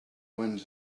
wind